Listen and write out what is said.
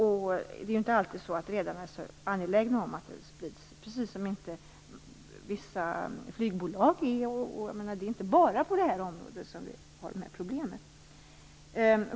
Rederierna är i och för sig inte alltid så angelägna om att det sprids - precis som flygbolag inte är det. Det är inte bara på sjöfartsområdet som dessa problem finns.